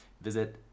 Visit